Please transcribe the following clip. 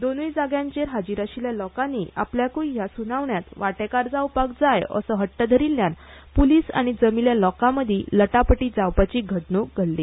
दोनूय जाग्यांचेर हाजीर आशिल्ल्या लोकांनी आपल्याकूय ह्या सुनावण्यांत वांटेकार जावपाक जाय असो हट्ट धरिल्ल्यान पुलीस आनी जमिल्ल्या लोकां मदीं लटाफटी जावपाची घडणूक घडली